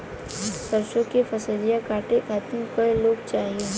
सरसो के फसलिया कांटे खातिन क लोग चाहिए?